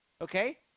okay